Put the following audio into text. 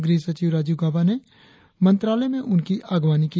गृह सचिव राजीव गाबा ने मंत्रालय में उनकी अगवानी की